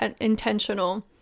intentional